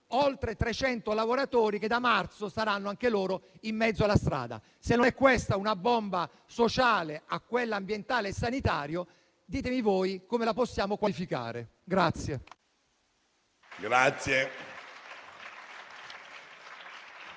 oltre 300 lavoratori da marzo saranno anche loro in mezzo alla strada. Se non è questa una bomba sociale, che si aggiunge a quella ambientale e sanitaria, ditemi voi come la possiamo qualificare.